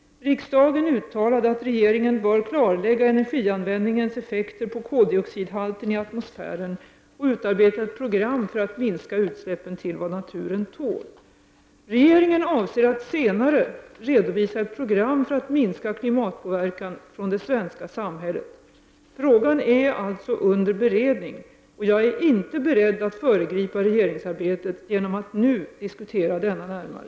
Riksdagen uttalade att regeringen bör klarlägga energianvändningens effekter på koldioxidhalten i atmosfären och utarbeta ett program för att minska utsläppen till vad naturen tål. Regeringen avser att senare redovisa ett program för att minska klimatpåverkan från det svenska samhället. Frågan är alltså under beredning och jag är inte beredd att föregripa regeringsarbetet genom att nu diskutera denna närmare.